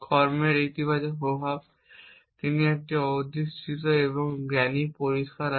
কর্মের ইতিবাচক প্রভাব তিনি এটি একটি অধিষ্ঠিত এবং জ্ঞানী পরিষ্কার আছে